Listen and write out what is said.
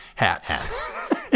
Hats